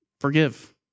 Forgive